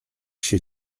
się